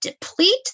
deplete